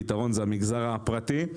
הפתרון הוא המגזר הפרטי.